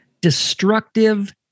Destructive